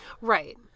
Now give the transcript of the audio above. Right